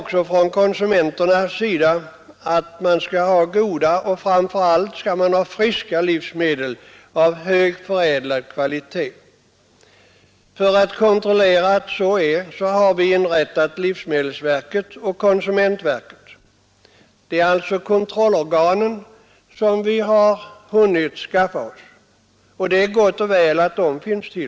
Konsumenterna kräver också goda och framför allt friska livsmedel av hög, förädlad kvalitet. För kontrollen härvidlag har vi inrättat livsmedelsverket och konsumentverket. Det är alltså kontrollorganen som vi har hunnit skaffa oss, och det är gott och väl att de finns.